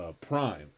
Prime